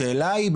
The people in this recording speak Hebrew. השאלה היא,